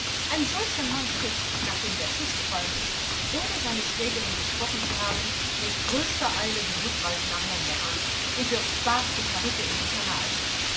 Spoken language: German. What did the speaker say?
ein solcher mann tritt nachdem der schuß gefallen ist ohne seine schwägerin gesprochen zu haben mit größter eile die rückreise nach london an und wirft bart und perücke in den kanal